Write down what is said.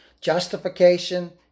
justification